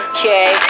Okay